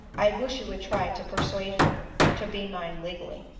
i wish you would try to persuade her to be mine legally.